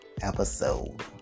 episode